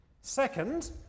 Second